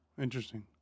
Interesting